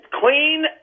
clean